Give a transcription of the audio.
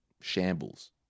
shambles